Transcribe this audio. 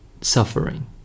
suffering